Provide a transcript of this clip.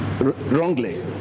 wrongly